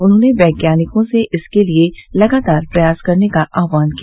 उन्होंने वैज्ञानिकों से इसके लिये लगातार प्रयास करने का आह्वान किया